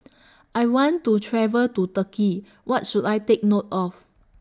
I want to travel to Turkey What should I Take note of